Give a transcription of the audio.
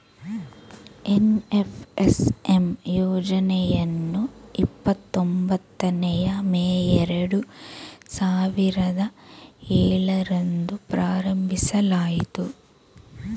NFSM ಯೋಜನೆಯನ್ನು ಇಪ್ಪತೊಂಬತ್ತನೇಯ May ಎರಡು ಸಾವಿರದ ಏಳರಂದು ಪ್ರಾರಂಭಿಸಲಾಯಿತು